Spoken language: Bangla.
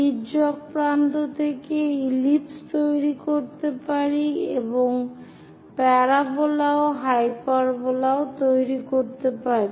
তির্যক প্রান্ত থেকে ইলিপস তৈরি করতে পারি এবং প্যারাবোলা ও হাইপারবোলা ও তৈরি করতে পারি